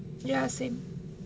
ya same